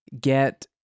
get